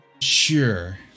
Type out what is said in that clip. sure